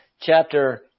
chapter